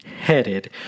headed